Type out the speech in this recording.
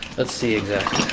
let's see exactly